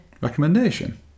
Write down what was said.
Recommendation